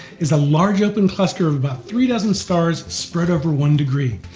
is a large open cluster of about three dozen stars spread over one degree.